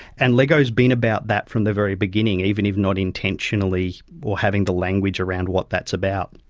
and lego has been about that from the very beginning, even if not intentionally or having the language around what that's about.